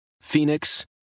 Phoenix